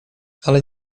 ale